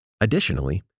Additionally